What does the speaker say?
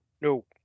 No